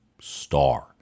star